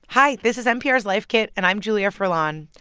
hi. this is npr's life kit, and i'm julia furlan.